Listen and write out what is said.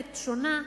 שונה.